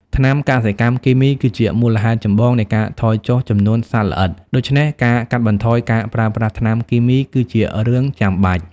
ថ្នាំកសិកម្មគីមីគឺជាមូលហេតុចម្បងនៃការថយចុះចំនួនសត្វល្អិត ដូច្នេះការកាត់បន្ថយការប្រើប្រាស់ថ្នាំគីមីគឺជារឿងចាំបាច់។